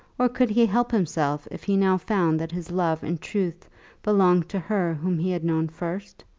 or could he help himself if he now found that his love in truth belonged to her whom he had known first?